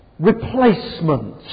Replacement